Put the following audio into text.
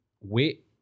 wait